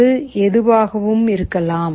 அது எதுவாகவும் இருக்கலாம்